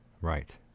Right